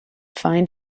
find